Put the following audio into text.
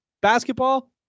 Basketball